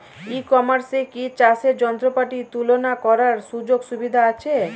ই কমার্সে কি চাষের যন্ত্রপাতি তুলনা করার সুযোগ সুবিধা আছে?